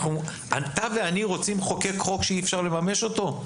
אתה ואני רוצים לחוקק חוק שאי אפשר לממש אותו?